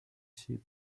sheep